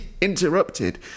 interrupted